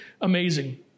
amazing